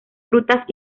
frutas